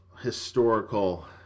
historical